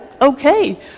Okay